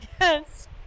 Yes